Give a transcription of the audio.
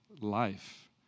life